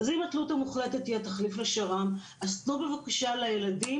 אם התלות המוחלטת היא התחליף לשר"מ אז תנו בבקשה לילדים